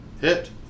Hit